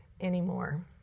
anymore